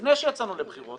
לפני שיצאנו לבחירות